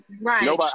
right